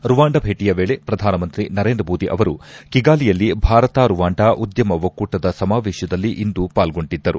Rwanda ಭೇಟಿಯ ವೇಳೆ ಪ್ರಧಾನಮಂತ್ರಿ ನರೇಂದ್ರ ಮೋದಿ ಅವರು ಕಿಗಾಲಿಯಲ್ಲಿ ಭಾರತ ರುವಾಂಡ ಉದ್ಭಮ ಒಕ್ಕೂಟದ ಸಮಾವೇಶದಲ್ಲಿ ಇಂದು ಪಾಲ್ಗೊಂಡಿದ್ದರು